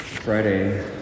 Friday